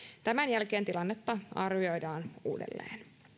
tämän jälkeen tilannetta arvioidaan uudelleen